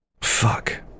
fuck